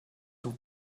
zum